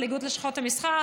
לאיגוד לשכות המסחר,